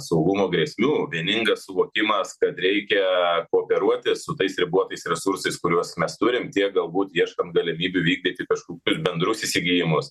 saugumo grėsmių vieningas suvokimas kad reikia kooperuotis su tais ribotais resursais kuriuos mes turim tiek galbūt ieškant galimybių vykdyti kažkok ir bendrus įsigijimus